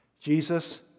Jesus